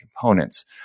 components